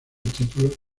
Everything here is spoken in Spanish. título